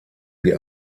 die